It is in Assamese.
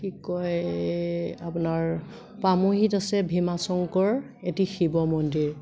কি কয় আপোনাৰ পামহিত আছে ভীমা শংকৰ এটি শিৱ মন্দিৰ